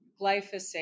glyphosate